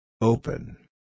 Open